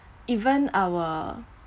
even our